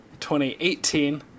2018